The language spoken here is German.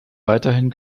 weiterhin